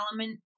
element